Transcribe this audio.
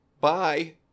Bye